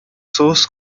sus